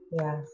yes